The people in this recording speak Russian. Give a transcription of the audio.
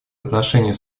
отношении